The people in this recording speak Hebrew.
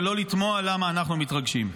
ולא לתמוה למה אנחנו מתרגשים.